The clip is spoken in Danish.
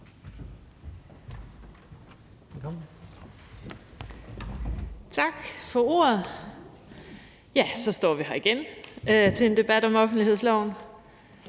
Tak for ordet. Ja, så står vi her igen til en debat om offentlighedsloven.